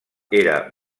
era